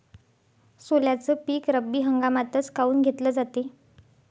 सोल्याचं पीक रब्बी हंगामातच काऊन घेतलं जाते?